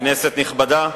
כנסת נכבדה,